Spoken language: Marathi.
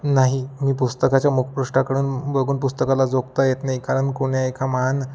नाही मी पुस्तकाच्या मुखपृष्ठाकडून बघून पुस्तकाला जोखता येत नाही कारण कुण्या एका महान